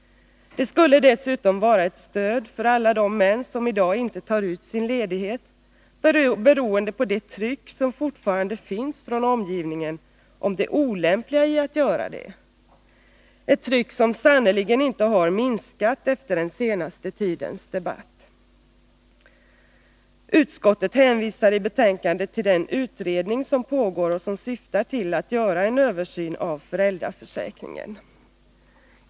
Det skulle dessutom vara ett stöd för alla de män som i dag inte tar ut sin föräldraledighet beroende på det tryck som fortfarande finns från omgivningen om det olämpliga i att göra det — ett tryck som sannerligen inte har minskat efter den senaste tidens debatt. Utskottet hänvisar i betänkandet till den utredning som pågår och som syftar till att göra en översyn av föräldraförsäkringen.